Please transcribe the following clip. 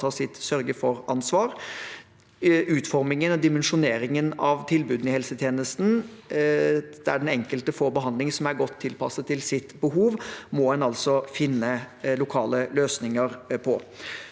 ivareta sitt sørge for-ansvar. Utformingen og dimensjoneringen av tilbudene i helsetjenesten der den enkelte får behandling som er godt tilpasset eget behov, må en altså finne lokale løsninger på.